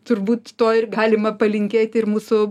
turbūt to ir galima palinkėti ir mūsų